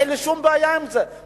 אין לי שום בעיה עם זה.